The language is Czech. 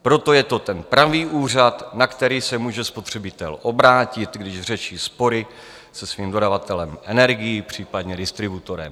Proto je to ten pravý úřad, na který se může spotřebitel obrátit, když řeší spory se svým dodavatelem energií, případně distributorem.